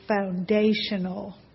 foundational